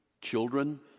children